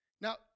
Now